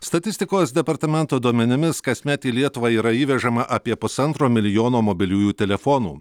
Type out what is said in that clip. statistikos departamento duomenimis kasmet į lietuvą yra įvežama apie pusantro milijono mobiliųjų telefonų